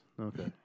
Okay